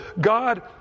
God